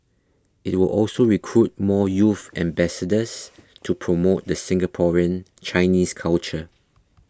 it will also recruit more youth ambassadors to promote the Singaporean Chinese culture